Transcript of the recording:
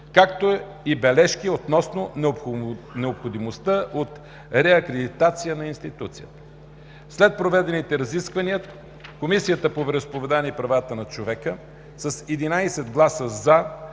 както и бележки относно необходимостта от реакредитация на институцията. След проведените разисквания Комисията по вероизповеданията и правата на човека с 11 гласа